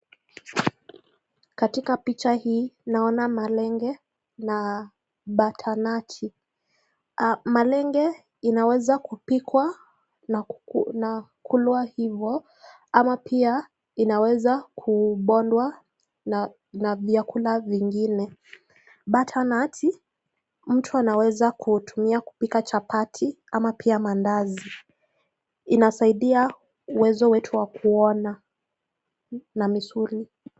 Katikati picha hii naona malenge na batanachi. Malenge inawezwa kupikwa na kukulwa hivo ama pia inaweza kubondwa na vyakula vingine. Batanati mtu anaweza kutumia kupika chapati ama pia mandazi. Inasaidia huwezo wetu Wa Kuona na misuli.